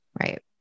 Right